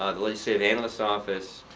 ah the legislative analyst's office,